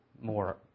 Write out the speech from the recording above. more